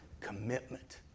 commitment